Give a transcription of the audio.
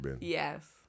Yes